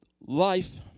Life